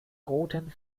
roten